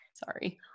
sorry